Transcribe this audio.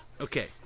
Okay